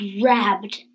grabbed